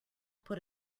put